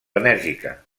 enèrgica